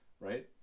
right